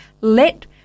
let